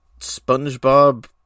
Spongebob